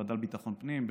בוועדה לביטחון פנים,